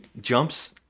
jumps